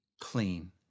clean